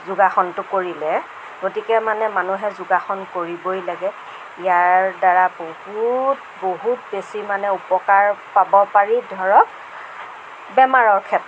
যোগাসনটো কৰিলে গতিকে মানে মানুহে যোগাসন কৰিবই লাগে ইয়াৰ দ্বাৰা বহুত বহুত বেছি মানে উপকাৰ পাব পাৰি ধৰক বেমাৰৰ ক্ষেত্ৰত